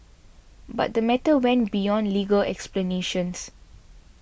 but the matter went beyond legal explanations